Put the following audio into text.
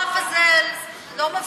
לא מפחיד,